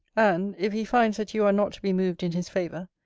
and, if he finds that you are not to be moved in his favour,